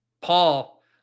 Paul